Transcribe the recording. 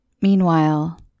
Meanwhile